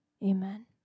Amen